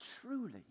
truly